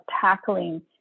tackling